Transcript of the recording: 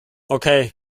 okay